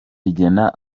rigena